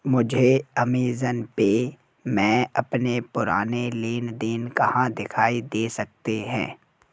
मुझे Amazon Pay में अपने पुराने लेन देन कहाँ दिखाई दे सकते हैं